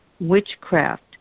witchcraft